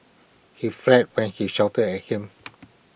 he fled when she shouted at him